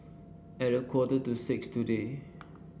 at a quarter to six today